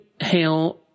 hail